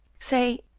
say,